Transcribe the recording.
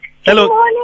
hello